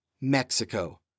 Mexico